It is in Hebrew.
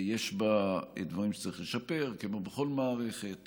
יש בה דברים שצריך לשפר, כמו בכל מערכת.